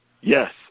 Yes